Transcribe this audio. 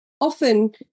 often